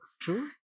True